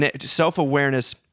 Self-awareness